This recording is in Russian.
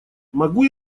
могу